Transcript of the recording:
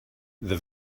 the